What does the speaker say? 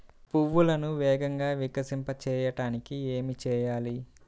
పువ్వులను వేగంగా వికసింపచేయటానికి ఏమి చేయాలి?